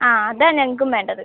ആ അതാ ഞങ്ങൾക്കും വേണ്ടത്